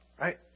Right